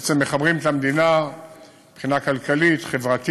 בעצם מחברים את המדינה מבחינה כלכלית-חברתית,